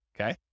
okay